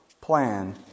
plan